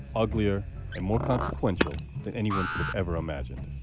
uglier and more consequential than anyone could've ever imagined